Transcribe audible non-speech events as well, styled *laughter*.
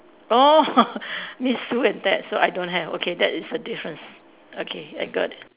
oh *laughs* Miss Sue and Ted so I don't have okay that is a difference okay I got it